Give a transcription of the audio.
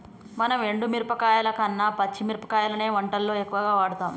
మనం ఎండు మిరపకాయల కన్న పచ్చి మిరపకాయలనే వంటల్లో ఎక్కువుగా వాడుతాం